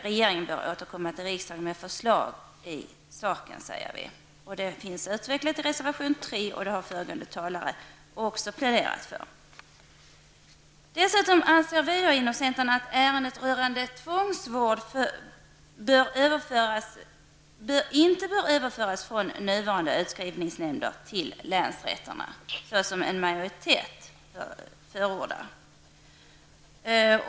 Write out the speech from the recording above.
Regeringen bör återkomma till riksdagen med förslag i saken. Dessa synpunkter har utvecklats i reservation 3. Även föregående talare har pläderat för detta. Dessutom anser vi inom centern att ärenden rörande tvångsvård inte bör överföras från nuvarande utskrivningsnämnder till länsrätterna, vilket en majoritet förordar.